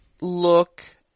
look